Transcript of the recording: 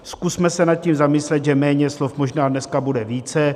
Zkusme se nad tím zamyslet, že méně slov možná dneska bude více.